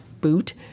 boot